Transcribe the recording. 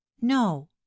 No